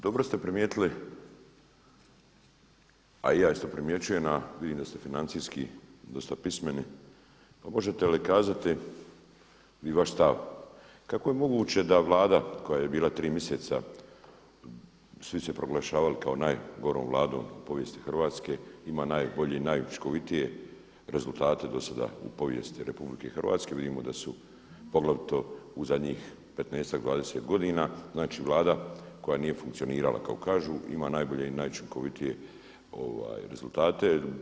Dobro ste primijetili, a i ja isto primjećujem, a vidim da ste financijski dosta pismeni, pa možete li kazati vi vaš stav kako je moguće da vlada koja je bila tri mjeseca, svi su je proglašavali kao najgorom vladom u povijesti Hrvatske ima najbolje i najučinkovitije rezultate do sada u povijesti RH, vidimo da su poglavito u zadnjih 15, 20 godina znači vlada koja nije funkcionirala, kao kažu ima najbolje i najučinkovitije rezultate.